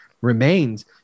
remains